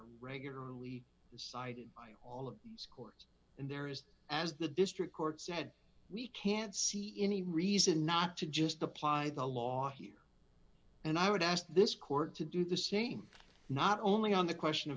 regularly cited by all of these courts and there is as the district court said we can't see any reason not to just apply the law here and i would ask this court to do the same not only on the question of